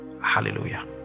hallelujah